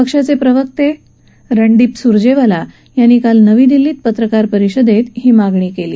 पक्षाचे प्रवक्ते रणदीप सुरजेवाला यांनी काल नवी दिल्लीत पत्रकार परिषदेत ही मागणी केली